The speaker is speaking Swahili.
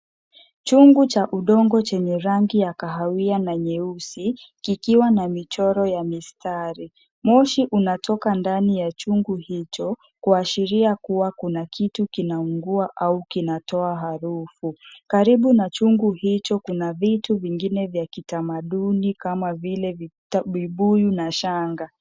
Chungu cha udongo chenye rangi ya kahawia na nyeusi kikiwa na michoro ya mistari. Moshi unatoka ndani ya chungu hicho, kuashiria kuwa kuna kitu kinaungua au kinatoa harufu. Karibu na chungu hicho kuna vitu vingine vya kitamaduni kama vile vibuyu na shanga.